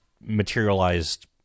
materialized